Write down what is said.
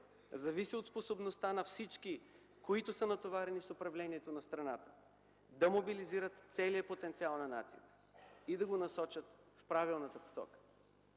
зависи от способността на всички, които са натоварени с управлението на страната, да мобилизират целия потенциал на нацията и да го насочат в правилната посока.